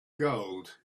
gold